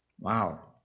Wow